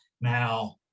Now